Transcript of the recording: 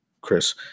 Chris